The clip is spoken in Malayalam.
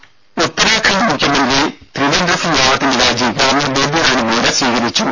രും ഉത്തരാഖണ്ഡ് മുഖ്യമന്ത്രി ത്രിവേന്ദ്ര സിങ്ങ് റാവത്തിന്റെ രാജി ഗവർണർ ബേബി റാണി മൌര്യ സ്വീകരിച്ചു